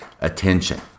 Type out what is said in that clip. attention